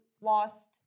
lost